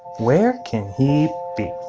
where can he be?